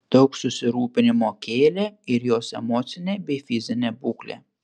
daug susirūpinimo kėlė ir jos emocinė bei fizinė būklė